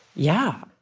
yeah.